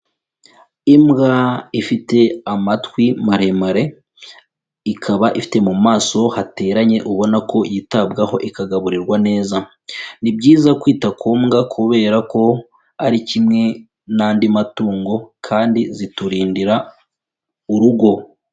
Imbwa ifite amatwi maremare, ikaba ifite mu maso hateranye ubona ko yitabwaho ikagaburirwa neza, ni byiza kwita ku mbwa kubera ko ari kimwe n'andi matungo kandi ziturindira urugo.